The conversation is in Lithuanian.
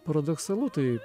paradoksalu tai